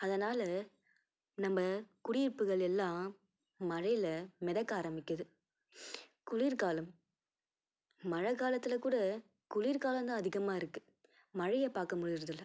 அதனால் நம்ப குடியிருப்புகள் எல்லாம் மழையில் மிதக்க ஆரம்பிக்குது குளிர்காலம் மழைக்காலத்துலக்கூட குளிர்காலம் தான் அதிகமாக இருக்குது மழையை பார்க்கமுடியிறது இல்லை